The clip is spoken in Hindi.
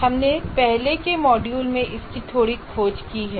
हमने पहले के मॉड्यूल में इसकी थोड़ी खोज की है